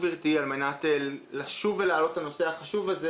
גברתי על מנת לשוב ולהעלות את הנושא החשוב הזה.